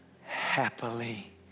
happily